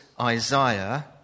Isaiah